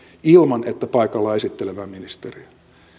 ilman että paikalla on esittelevää ministeriä